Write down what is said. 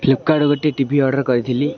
Flipkart ଗୋଟେ TV order କରିଥିଲି